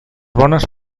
bones